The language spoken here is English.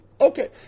Okay